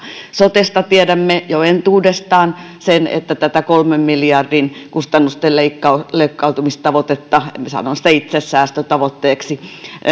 sotesta tiedämme jo entuudestaan sen että tätä kolmen miljardin kustannusten leikkautumistavoitetta sanon sitä itse säästötavoitteeksi